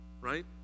right